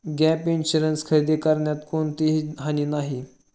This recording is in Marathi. गॅप इन्शुरन्स खरेदी करण्यात कोणतीही हानी नाही